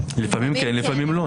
לפעמים כן, לפעמים לא.